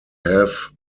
have